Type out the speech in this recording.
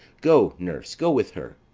go, nurse, go with her.